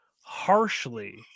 harshly